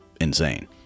insane